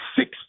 six